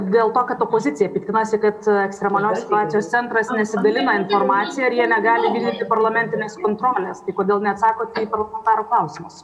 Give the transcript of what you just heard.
dėl to kad opozicija piktinasi kad ekstremalios situacijos centras nesidalina informacija ir jie negali vykdyti parlamentinės kontrolės tai kodėl neatsakot į parlamentarų klausimus